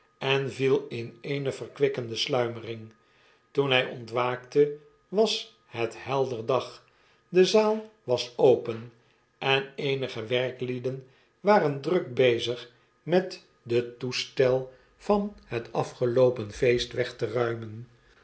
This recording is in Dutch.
en viel in eene verkwikkende sluimering toen hy ontwaakte was het helder dag de zaal was open en eenige werklieden waren druk bezig met den toestel van het afgeloopen feest weg te ruimen